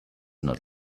not